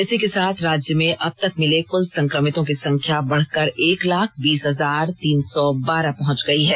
इसी के साथ राज्य में अब तक मिले कुल संक्रमितों की संख्या बढ़कर एक लाख बीस हजार तीन सौ बारह पहुंच गई है